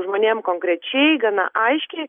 žmonėm konkrečiai gana aiškiai